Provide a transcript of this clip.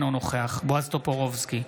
אינו נוכח בועז טופורובסקי,